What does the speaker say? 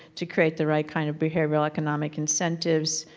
to create the right kind of behavioral economic incentives,